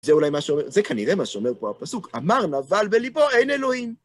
זה אולי מה שאומר, זה כנראה מה שאומר פה הפסוק, אמר נבל בליבו, אין אלוהים.